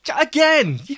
again